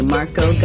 Marco